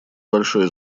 большое